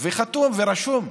זה חתום ורשום.